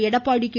Edappadi K